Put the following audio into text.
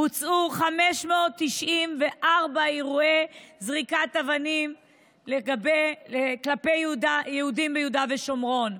בוצעו 594 אירועי זריקת אבנים כלפי יהודים ביהודה ושומרון.